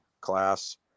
class